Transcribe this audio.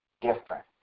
different